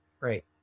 right